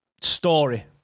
story